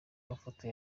mafoto